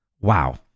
Wow